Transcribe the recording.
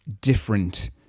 different